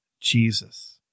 Jesus